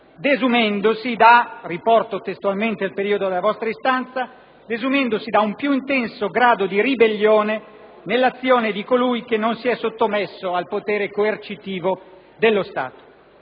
desumendosi (riporto testualmente il periodo della vostra istanza) "da un più intenso grado di ribellione nell'azione di colui che non si è sottomesso al potere coercitivo dello Stato".